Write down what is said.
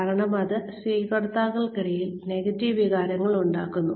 കാരണം അത് സ്വീകർത്താക്കൾക്കിടയിൽ നെഗറ്റീവ് വികാരങ്ങൾ ഉണ്ടാക്കുന്നു